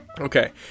Okay